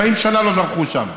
40 שנה לא דרכו שם,